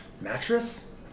mattress